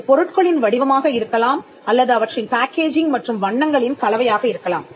இது பொருட்களின் வடிவமாக இருக்கலாம் அல்லது அவற்றின் பேக்கேஜிங் மற்றும் வண்ணங்களின் கலவையாக இருக்கலாம்